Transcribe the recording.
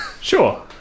Sure